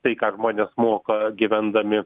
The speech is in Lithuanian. tai ką žmonės moka gyvendami